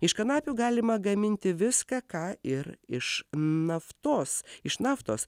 iš kanapių galima gaminti viską ką ir iš naftos iš naftos